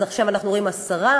אז עכשיו אנחנו רואים עשרה.